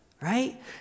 right